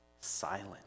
silent